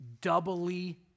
doubly